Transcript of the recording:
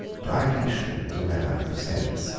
diocletian was a man of sense,